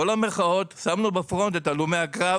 בכל המחאות שמנו בפרונט את הלומי הקרב.